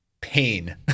pain